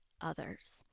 others